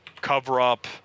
cover-up